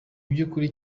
iby’ukuri